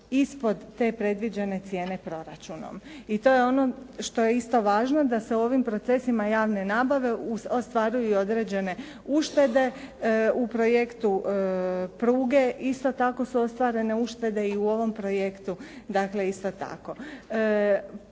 ispod te predviđene cijene proračunom. I to je ono što je isto važno da se u ovim procesima javne nabave ostvaruju i određene uštede, u projektu Pruge isto tako su ostvarene uštede i u ovom projektu, dakle isto tako.